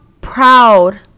proud